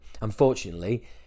Unfortunately